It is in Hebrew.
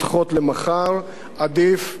עדיף לדחות למחרתיים.